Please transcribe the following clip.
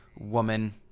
woman